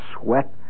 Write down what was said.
sweat